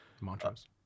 Mantras